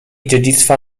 dziedzictwa